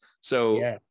So-